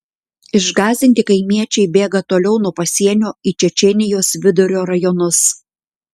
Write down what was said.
išgąsdinti kaimiečiai bėga toliau nuo pasienio į čečėnijos vidurio rajonus